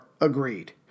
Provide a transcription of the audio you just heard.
agreed